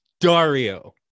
Dario